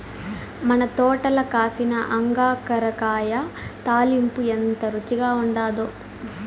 మన తోటల కాసిన అంగాకర కాయ తాలింపు ఎంత రుచిగా ఉండాదో